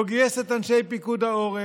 לא גייס את אנשי פיקוד העורף,